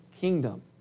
kingdom